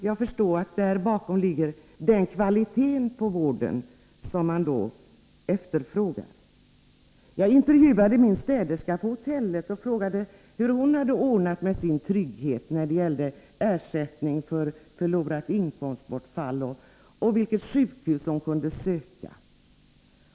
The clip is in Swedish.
Jag förstår att bakom den formuleringen ligger att man skall ange vilken kvalitet på vården som man efterfrågar. Jag intervjuade min städerska på hotellet och frågade hur hon hade ordnat med sin trygghet när det gällde ersättning vid inkomstbortfall och vilka sjukhus hon kunde uppsöka.